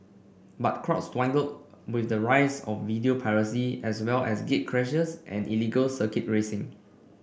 but crowds dwindled with the rise of video piracy as well as gatecrashers and illegal circuit racing